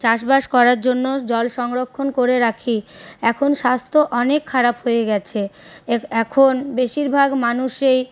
চাষবাস করার জন্য জল সংরক্ষণ করে রাখি এখন স্বাস্থ্য অনেক খারাপ হয়ে গেছে এ এখন বেশিরভাগ মানুষেই